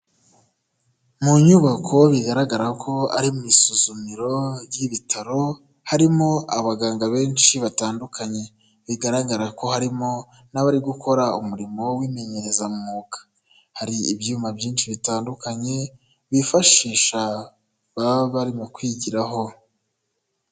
Mu nyubako bigaragara ko ari mu isuzumiro ry'ibitaro, harimo abaganga benshi batandukanye, bigaragara ko harimo n'abari gukora umurimo w'imenyereza mwuga, hari ibyuma byinshi bitandukanye bifashisha baba barimo kwigiraho.